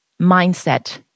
mindset